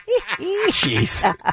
Jeez